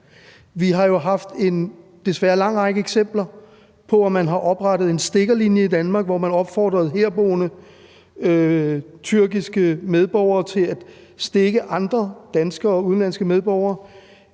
Vi har jo desværre haft en lang række eksempler på, at man har oprettet en stikkerlinje i Danmark, hvor man har opfordret herboende tyrkiske medborgere til at stikke andre danske og udenlandske medborgere;